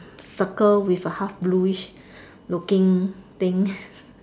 circle with a half bluish looking thing